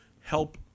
help